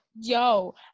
yo